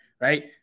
right